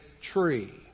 tree